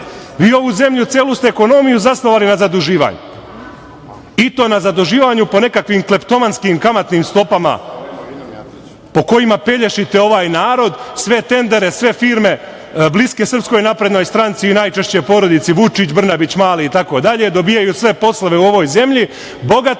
lepo? Vi ste celu ekonomiju zasnovali na zaduživanju i to na zaduživanju po nekakvim kleptomanskih kamatnim stopama po kojima pelješite ovaj narod, sve tendere, sve firme bliske SNS i najčešće porodici Vučić, Brnabić, Mali itd, dobijaju sve poslove u ovoj zemlji, bogate